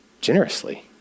generously